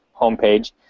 homepage